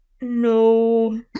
No